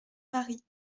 paris